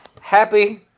happy